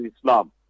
Islam